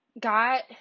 got